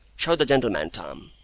show the gentleman, tom.